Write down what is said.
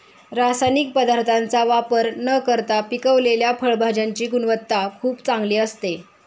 रासायनिक पदार्थांचा वापर न करता पिकवलेल्या फळभाज्यांची गुणवत्ता खूप चांगली असते